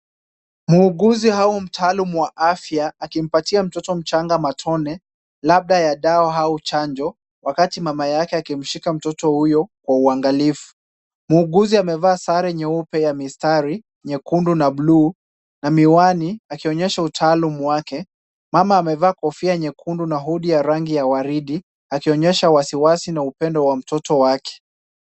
Muuguzi au mtaalum wa afya akimpatia mtoto mchanga matone, labda ya dawa au chanjo, wakati mama yake akimshika mtoto huyo kwa uangalifu. Muuguzi amevaa sare nyeupe ya mistari nyekundu na blue na miwani, akionyesha utaalum wake. Mama amevaa kofia nyekundu na hood ya rangi ya waridi, akionyesha wasiwasi na upendo wa mtoto wake.